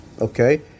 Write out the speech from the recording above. okay